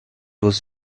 was